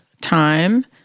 time